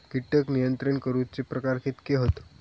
कीटक नियंत्रण करूचे प्रकार कितके हत?